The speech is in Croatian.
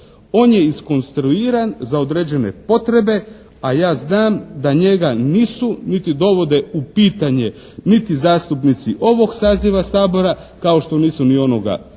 On je inskonstruiran za određene potrebe, a ja znam da njega nisu niti dovode u pitanje niti zastupnici ovog saziva Sabora, kao što nisu ni onoga prošlog,